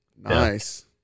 Nice